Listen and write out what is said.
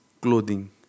clothing